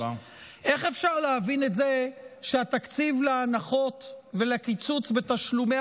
איך אפשר להבין את זה שהתקציב להנחות ולקיצוץ בתשלומי